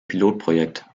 pilotprojekt